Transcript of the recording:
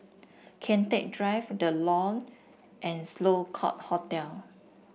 Kian Teck Drive The Lawn and Sloane Court Hotel